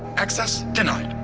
access denied.